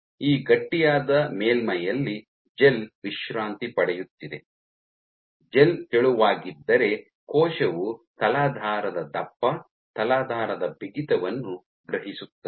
ಈ ಗಟ್ಟಿಯಾದ ಮೇಲ್ಮೈಯಲ್ಲಿ ಜೆಲ್ ವಿಶ್ರಾಂತಿ ಪಡೆಯುತ್ತಿದೆ ಜೆಲ್ ತೆಳುವಾಗಿದ್ದರೆ ಕೋಶವು ತಲಾಧಾರದ ದಪ್ಪ ತಲಾಧಾರದ ಬಿಗಿತವನ್ನು ಗ್ರಹಿಸುತ್ತದೆ